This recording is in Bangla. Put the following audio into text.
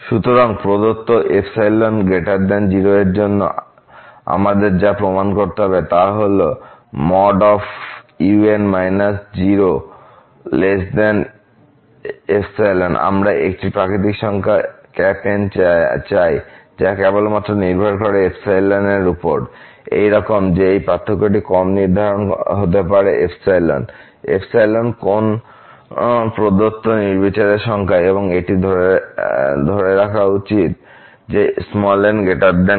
সুতরাং প্রদত্ত 0 এর জন্য আমাদের যা প্রমাণ করতে হবে তা হল un 0ϵ আমরা একটি প্রাকৃতিক সংখ্যা N চাই যা কেবলমাত্র নির্ভর করে এইরকম যে এই পার্থক্যটি কম নির্ধারিত হতে পারে কোন প্রদত্ত নির্বিচারে সংখ্যা এবং এটি ধরে রাখা উচিত n N